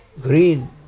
green